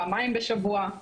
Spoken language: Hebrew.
פעמיים בשבוע,